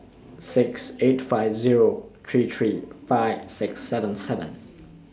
six eight five Zero three three five six seven seven